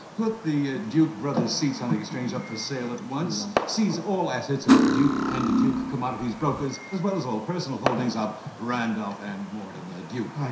put the ah duke brothers' seats on the exchange up for sale at once. seize all assets of duke and duke commodities brokers, as well as all personal holdings of randolph and mortimer duke